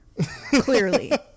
Clearly